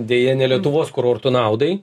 deja ne lietuvos kurortų naudai